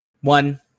One